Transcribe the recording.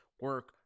Work